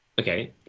Okay